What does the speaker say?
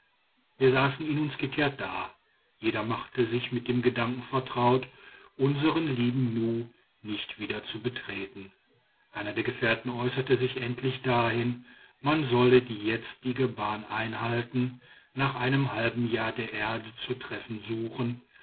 wir saßen in uns gekehrt da jeder machte sich mit dem gedanken vertraut unsren lieben nu nicht wieder zu betreten einer der gefährten äußerte sich endlich dahin man solle die jetzige bahn einhalten nach einem halben jahr die erde zu treffen suchen